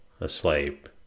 asleep